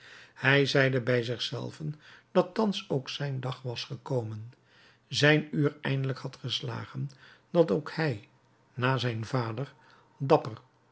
hij zeide bij zich zelven dat thans ook zijn dag was gekomen zijn uur eindelijk had geslagen dat ook hij na zijn vader dapper